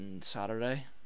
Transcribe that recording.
Saturday